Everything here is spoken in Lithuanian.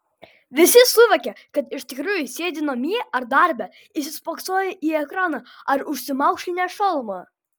visi suvokia kad iš tikrųjų sėdi namie ar darbe įsispoksoję į ekraną ar užsimaukšlinę šalmą